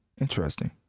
Interesting